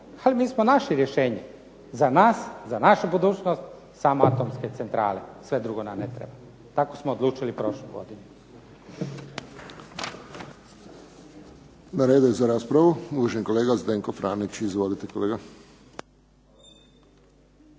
Ali mi smo našli rješenje, za nas, za našu budućnost samo atomske centrale, sve drugo nam ne treba. Tako smo odlučili prošlu godinu.